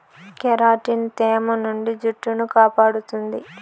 keratin తేమ నుండి జుట్టును కాపాడుతుంది